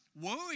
Worry